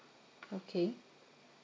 okay